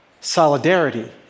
solidarity